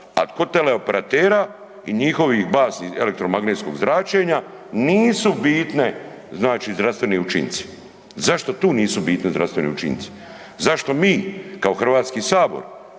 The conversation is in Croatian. a kod teleoperatera i njihovih baznih, elektromagnetskog zračenja, nisu bitni zdravstveni učinci. Zašto tu nisu bitni zdravstveni učinci? Zašto mi kao Hrvatski sabor